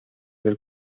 del